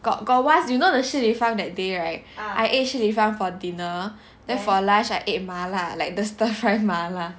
got got one you know the Shi Li Fang that day right I ate Shi Li Fang for dinner then for lunch ate 麻辣 like the stir fries 麻辣